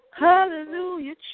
Hallelujah